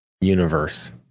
universe